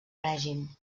règim